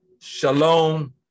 shalom